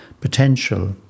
potential